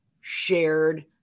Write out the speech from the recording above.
shared